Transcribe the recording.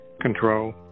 control